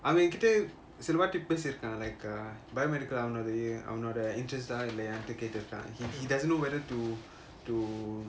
அவன் ஏன் கிட்ட சில வாடி பேசி இருக்கான்:avan yean kita silla vaati peasi irukan like a biomedical அவனோட அவனோட:avanoda avanoda interest eh இல்லையானு கேட்டு இருக்கான்:illayanu keatu irukan he doesn't know whether to to